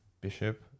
bishop